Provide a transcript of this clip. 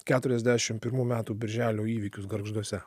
keturiasdešimt pirmų metų birželio įvykius gargžduose